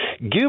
Give